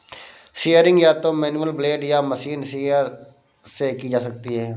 shearing या तो manual blade या मशीन शीयर से की जा सकती है